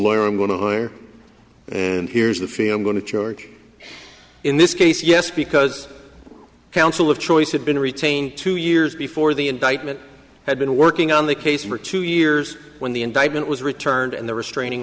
lawyer i'm going to hire and here's the feel i'm going to charge in this case yes because counsel of choice had been retained two years before the indictment had been working on the case for two years when the indictment was returned and the restraining